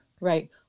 right